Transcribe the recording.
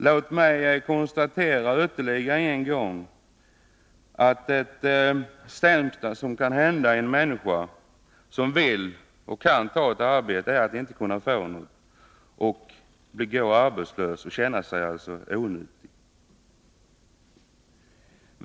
Låt mig ytterligare en gång konstatera att det sämsta som kan hända en människa som vill och kan ta ett arbete är att inte få något, att behöva gå arbetslös och känna sig onyttig.